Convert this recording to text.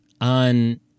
on